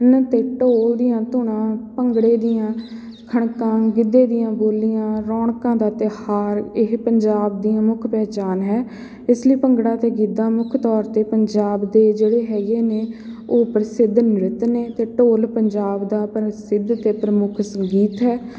ਹਨ ਅਤੇ ਢੋਲ ਦੀਆਂ ਧੁਨਾਂ ਭੰਗੜੇ ਦੀਆਂ ਖਣਕਾਂ ਗਿੱਧੇ ਦੀਆਂ ਬੋਲੀਆਂ ਰੌਣਕਾਂ ਦਾ ਤਿਉਹਾਰ ਇਹ ਪੰਜਾਬ ਦੀ ਮੁੱਖ ਪਹਿਚਾਣ ਹੈ ਇਸ ਲਈ ਭੰਗੜਾ ਅਤੇ ਗਿੱਧਾ ਮੁੱਖ ਤੌਰ 'ਤੇ ਪੰਜਾਬ ਦੇ ਜਿਹੜੇ ਹੈਗੇ ਨੇ ਉਹ ਪ੍ਰਸਿੱਧ ਨ੍ਰਿੱਤ ਨੇ ਅਤੇ ਢੋਲ ਪੰਜਾਬ ਦਾ ਪ੍ਰਸਿੱਧ ਅਤੇ ਪ੍ਰਮੁੱਖ ਸੰਗੀਤ ਹੈ